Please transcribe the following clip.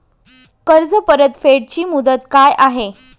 कर्ज परतफेड ची मुदत काय आहे?